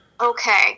Okay